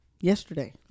yesterday